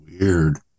Weird